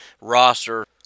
roster